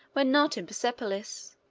when not at persepolis,